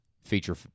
feature